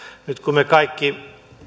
nyt kun me kaikki